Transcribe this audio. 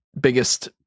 biggest